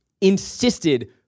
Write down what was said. insisted